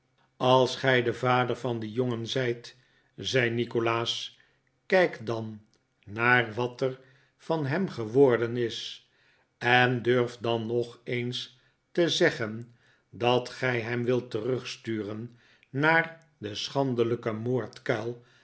als gij de vader van dien jongen zijt zei nikolaas kijk dan naar wat er van hem geworden is en durf dan nog eens te zeggen dat gij hem wilt terugsturen naar den schandelijken moordkuil